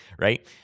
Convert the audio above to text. right